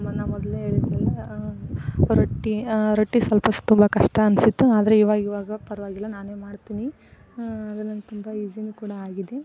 ನಾನು ಮೊದಲೇ ಹೇಳಿದೆನಲ್ಲ ರೊಟ್ಟಿ ರೊಟ್ಟಿ ಸ್ವಲ್ಪ ತುಂಬ ಕಷ್ಟ ಅನ್ನಿಸಿತ್ತು ಆದರೆ ಇವಾಗ ಇವಾಗ ಪರವಾಗಿಲ್ಲ ನಾನೇ ಮಾಡ್ತೀನಿ ಅದು ನನ್ಗೆ ತುಂಬ ಈಸಿಯೂ ಕೂಡ ಆಗಿದೆ